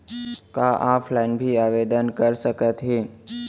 का ऑफलाइन भी आवदेन कर सकत हे?